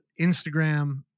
Instagram